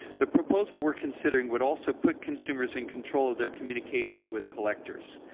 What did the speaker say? the proposal we are considering would also put consumers in control of their communications with collectors.